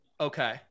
Okay